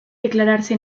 declararse